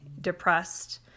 depressed